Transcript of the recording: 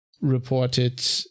reported